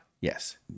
Yes